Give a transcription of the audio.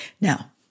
Now